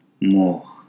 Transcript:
more